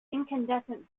incandescent